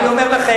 אני אומר לכם,